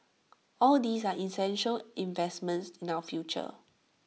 all these are essential investments in our future